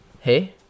hey